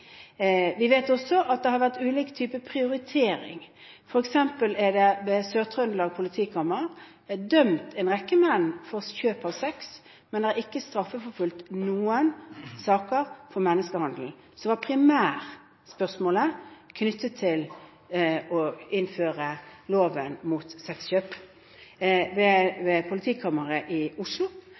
Vi vet også at det har vært ulike typer prioriteringer, f.eks. er det ved Sør-Trøndelag politikammer dømt en rekke menn for kjøp av sex, men de har ikke straffeforfulgt noen for menneskehandel, som var primærspørsmålet knyttet til å innføre loven mot sexkjøp. Ved politikammeret i Oslo